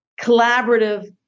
collaborative